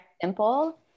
simple